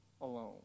alone